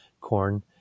corn